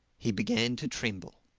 he began to tremble.